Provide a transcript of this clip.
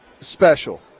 special